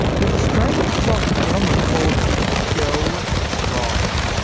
there's a strange psychic phenomenon called shell scrying.